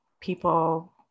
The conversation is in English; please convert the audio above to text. people